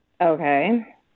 Okay